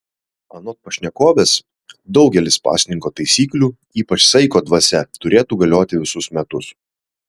anot pašnekovės daugelis pasninko taisyklių ypač saiko dvasia turėtų galioti visus metus